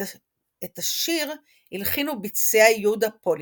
את השיר הלחין וביצע יהודה פוליקר.